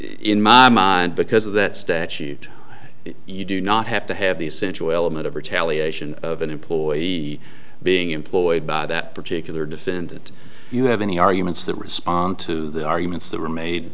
in my mind because of that statute if you do not have to have the essential element of retaliation of an employee being employed by that particular defendant you have any arguments that respond to the arguments that were made